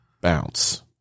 bounce